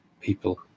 people